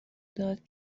داد